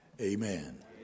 Amen